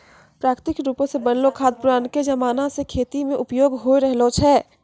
प्राकृतिक रुपो से बनलो खाद पुरानाके जमाना से खेती मे उपयोग होय रहलो छै